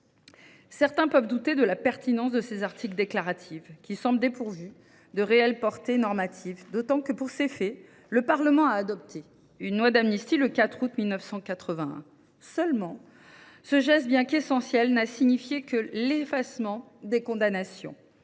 Certains peuvent douter de la pertinence de tels articles déclaratifs, qui semblent dépourvus de réelle portée normative, d’autant que, pour ces faits, le Parlement a adopté une loi d’amnistie, promulguée le 4 août 1981. Mais ce geste, pourtant essentiel, n’a signifié que l’effacement des condamnations,